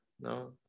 no